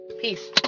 Peace